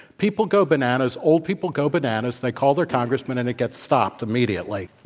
people go bananas. old people go bananas, they call their congressmen, and it gets stopped immediately.